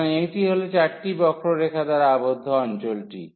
সুতরাং এইটি হল চারটি বক্ররেখা দ্বারা আবদ্ধ অঞ্চলটি